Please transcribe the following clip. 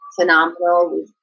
phenomenal